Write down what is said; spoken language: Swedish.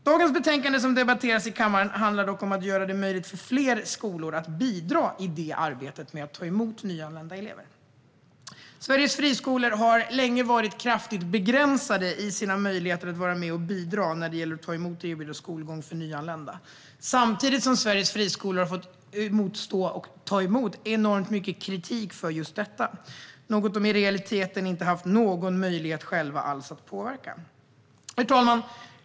Det betänkande som vi debatterar i kammaren i dag handlar dock om att göra det möjligt för fler skolor att bidra i arbetet med att ta emot nyanlända elever. Sveriges friskolor har länge varit kraftigt begränsade i sina möjligheter att vara med och bidra när det gäller att ta emot nyanlända och erbjuda dem skolgång. Samtidigt har Sveriges friskolor fått ta emot enormt mycket kritik för just detta, trots att de i realiteten inte har haft någon möjlighet att själva påverka. Herr talman!